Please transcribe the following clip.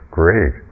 great